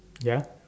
ya